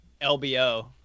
LBO